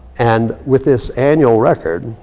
and with this annual record,